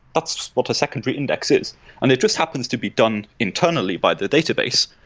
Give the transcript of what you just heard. that's what a secondary index is. and it just happens to be done internally by the database.